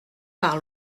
par